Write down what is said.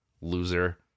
loser